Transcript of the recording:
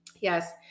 Yes